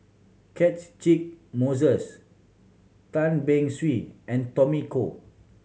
Catchick Moses Tan Beng Swee and Tommy Koh